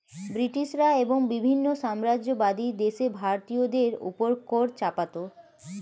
ব্রিটিশরা এবং বিভিন্ন সাম্রাজ্যবাদী দেশ ভারতীয়দের উপর কর চাপাতো